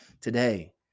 today